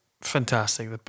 fantastic